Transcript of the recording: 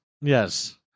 yes